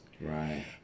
Right